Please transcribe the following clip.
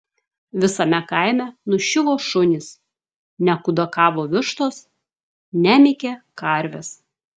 visame kaime nuščiuvo šunys nekudakavo vištos nemykė karvės